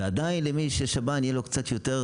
ועדיין למי ששב"ן יהיה לו קצת יותר